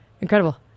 Incredible